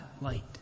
light